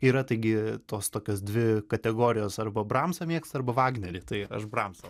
yra taigi tos tokios dvi kategorijos arba bramsą mėgsta arba vagnerį tai aš bramsą